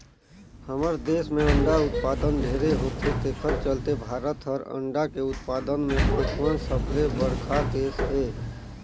हमर देस में अंडा उत्पादन ढेरे होथे तेखर चलते भारत हर अंडा के उत्पादन में पांचवा सबले बड़खा देस हे